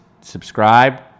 subscribe